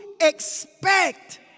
expect